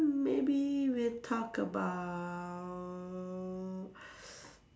maybe we talk about